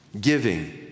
giving